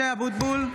(קוראת בשמות חברי הכנסת) משה אבוטבול,